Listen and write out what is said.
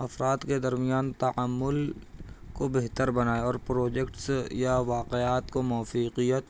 افراد کے درمیان تعامل کو بہتر بنائے اور پروجکٹس یا واقعات کو موفیقیت